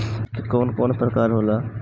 कीट के कवन कवन प्रकार होला?